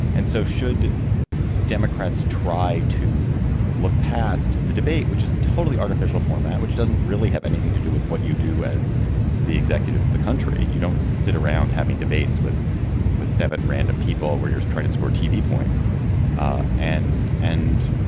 and so should democrats try to look past the debate, which isn't totally artificial format, which doesn't really have anything to do with what you do as the executive of the country? you don't sit around having debates with with seven random people where you're trying to score tv points ah and and,